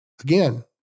again